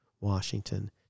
Washington